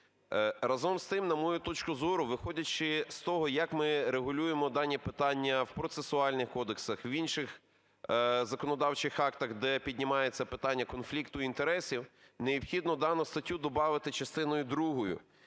Разом із тим, на мою точку зору, виходячи з того, як ми регулюємо дані питання в процесуальних кодексах, в інших законодавчих актах, де піднімається питання конфлікту інтересів, необхідно дану статтю добавити частиною другою,